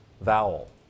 vowel